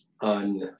on